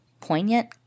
poignant